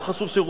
לא חשוב שרובם,